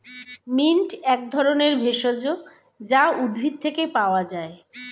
mint এক ধরনের ভেষজ যা উদ্ভিদ থেকে পাওয় যায়